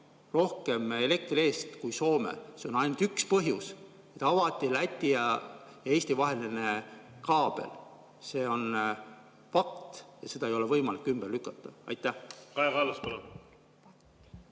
rohkem elektri eest kui Soome. See on ainult üks põhjus: avati Läti ja Eesti vaheline kaabel. See on fakt ja seda ei ole võimalik ümber lükata. Aitäh!